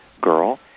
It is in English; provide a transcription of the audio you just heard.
girl